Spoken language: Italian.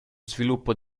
sviluppo